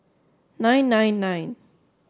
nine nine nine